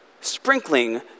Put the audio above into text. sprinkling